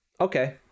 okay